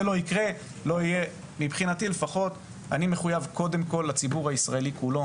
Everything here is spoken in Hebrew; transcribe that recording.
אני מחויב קודם כל לציבור הישראלי כולו,